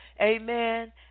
Amen